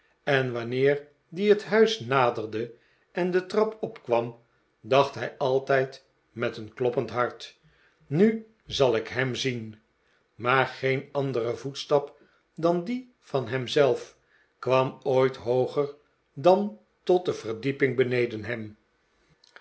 en wanneer die het huis naderde en de trap opkwam dacht hij altijd met een kloppend hart nu zal ik hem zien maar geen andere voetstap dan die van hem zelf kwam ooit hooger dan tot de verdieping beneden hem